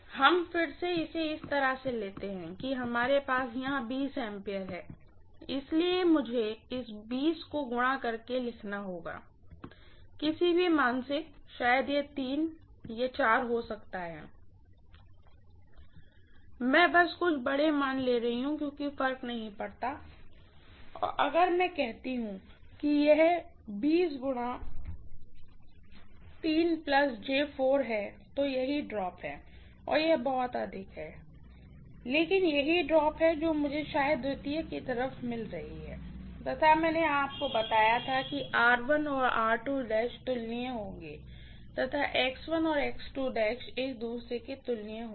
हम फिर से इसे इस तरह से लेते हैं कि हमारे पास यहाँ A है इसलिए मुझे इस को गुणा करके लिखना होगा किसी भी मान से शायद यह है और यह है मैं बस कुछ बड़े मान ले रही हूँ कोई फर्क नहीं पड़ता और अगर मैं कहती हूं कि यह है कि यही ड्राप है और यह बहुत अधिक है लेकिन यही ड्राप है जो मुझे शायद सेकेंडरी तरफ मिल रही है तथा मैंने आपको बताया था कि और तुलनीय होंगे तथा और एक दूसरे के साथ तुलनीय होंगे